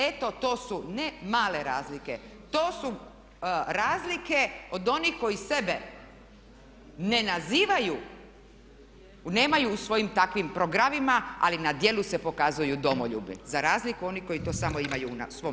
Eto to su ne male razlike, to su razlike od onih koji sebe ne nazivaju, nemaju u svojim takvim programima ali na djelu se pokazuju domoljubnim, za razliku onih koji to samo imaju u svom naslovu.